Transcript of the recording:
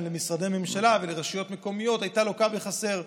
למשרדי ממשלה ולרשויות מקומיות הייתה לוקה בחסר,